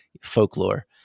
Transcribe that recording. folklore